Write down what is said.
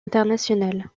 internationale